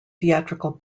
theatrical